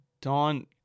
don